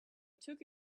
took